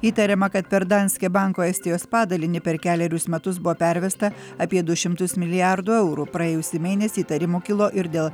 įtariama kad per danske banko estijos padalinį per kelerius metus buvo pervesta apie du šimtus milijardų eurų praėjusį mėnesį įtarimų kilo ir dėl